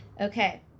Okay